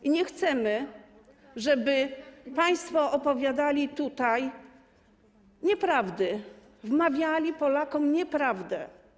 I nie chcemy, żeby państwo opowiadali tutaj nieprawdę, wmawiali Polakom nieprawdę.